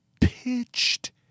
pitched